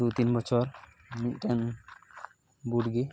ᱫᱩ ᱛᱤ ᱵᱚᱪᱷᱚᱨ ᱢᱤᱫᱴᱮᱱ ᱵᱩᱴ ᱜᱮ